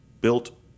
built